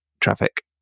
traffic